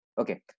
Okay